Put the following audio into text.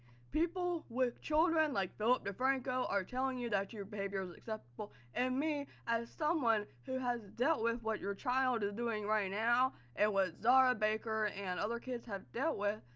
people with children, like philip defranco, are telling you that your behavior is unacceptable, and me, as someone who has dealt with what your child is doing right now, and what zahra baker and other kids have dealt with,